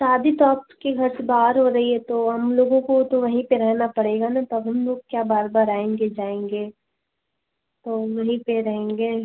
शादी तो आपके घर से बाहर हो रही है तो हम लोगों को तो वहीं पे रहना पड़ेगा ना तब हम लोग क्या बार बार आएँगे जाएँगे तो वही पे रहेंगे